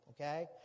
okay